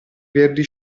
verdi